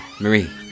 Marie